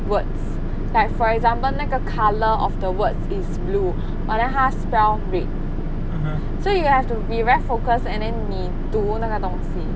words like for example 那个 colour of the words is blue but then 他 spell red so you have to be very focused and then 你读那个东西